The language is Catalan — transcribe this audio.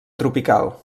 tropical